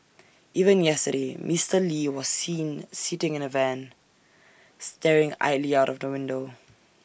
even yesterday Mister lee was seen sitting in the van staring idly out of the window